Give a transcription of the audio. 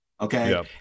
Okay